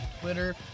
Twitter